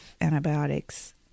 antibiotics